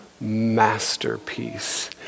masterpiece